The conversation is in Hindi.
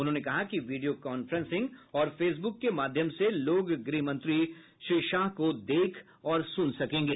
उन्होंने कहा कि वीडियोकांफ्रेंसिंग और फेसबुक के माध्यम से लोग गृह मंत्री श्री शाह को देख और सुन सकेंगे